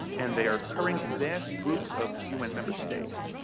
and they are occurring in vast groups of un member states.